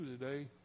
today